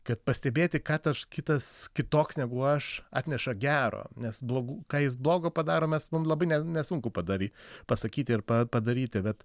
kad pastebėti ką taš kitas kitoks negu aš atneša gero nes blogų ką jis blogo padaro mes mum labai nesunku padary pasakyti ir pa padaryti bet